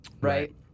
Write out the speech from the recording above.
Right